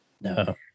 no